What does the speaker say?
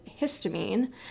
histamine